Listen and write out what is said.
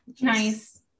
Nice